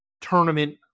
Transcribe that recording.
tournament